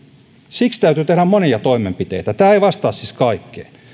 siksi täytyy tehdä monia toimenpiteitä tämä ei vastaa siis kaikkeen